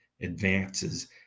advances